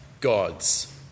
gods